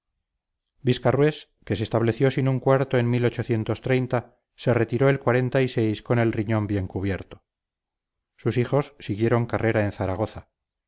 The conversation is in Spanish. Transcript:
viscarrués que se estableció sin un cuarto en se retiró el con el riñón bien cubierto sus hijos siguieron carrera en zaragoza